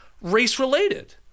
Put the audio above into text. race-related